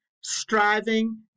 striving